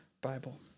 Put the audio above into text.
Bible